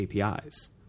APIs